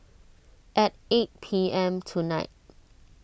at eight P M tonight